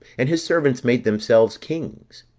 and his servants made themselves kings,